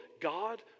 God